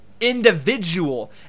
individual